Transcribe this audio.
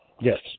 yes